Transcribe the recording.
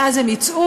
ואז הם יצאו,